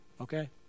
Okay